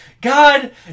God